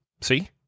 See